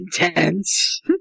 intense